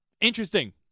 Interesting